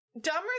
Dumber